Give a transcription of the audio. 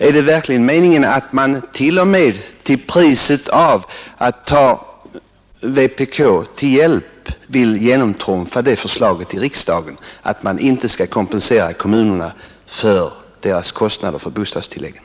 Är det verkligen meningen att man t.o.m. till priset av att ta vpk till hjälp vill genomtrumfa det förslaget i riksdagen att inte kompensera kommunerna för deras kostnader för bostadstilläggen?